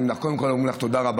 קודם כול אנחנו אומרים לך תודה רבה